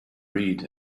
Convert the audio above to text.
read